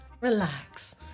relax